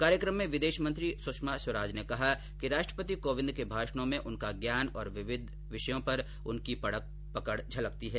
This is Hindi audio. कार्यक्रम में विदेश मंत्री सुषमा स्वराज ने कहा कि राष्ट्रपति कोविंद के भाषणों में उनका ज्ञान और विविध विषयों पर उनकी पकड़ झलकती है